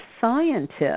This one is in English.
scientist